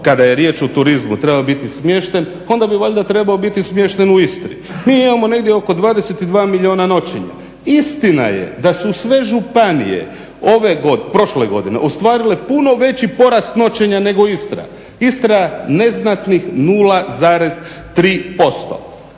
kada je riječ o turizmu, trebao biti smješten onda bi valjda trebao biti smješten u Istri. Mi imamo negdje oko 22 milijuna noćenja. Istina je da su sve županije prošle godine ostvarile puno veći porast noćenja nego Istra. Istra neznatnih 0,3%.